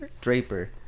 Draper